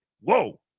Whoa